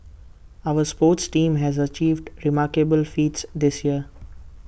our sports teams has achieved remarkable feats this year